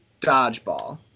dodgeball